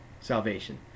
salvation